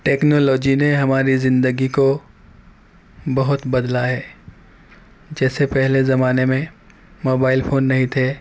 technology نے ہماری زندگی کو بہت بدلا ہے جیسے پہلے زمانے میں موبائل فون نہیں تھے